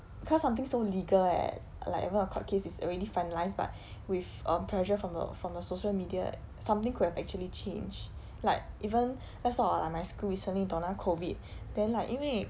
cause it's something so legal leh like even the court case is already finalised but with um pressure from the from the social media something could have actually changed like even let's talk about like my school recently 你懂那个 COVID then like 因为